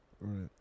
Right